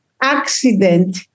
accident